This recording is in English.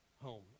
home